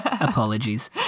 apologies